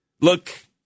Look